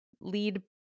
lead